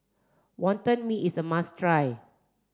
wonton mee is the must try